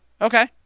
Okay